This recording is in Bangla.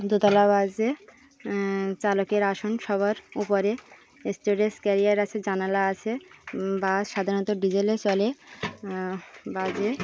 দোতলা বাসে চালকের আসন সবার উপরে ক্যারিয়ার আছে জানালা আছে বা সাধারণত ডিজেলে চলে বাসে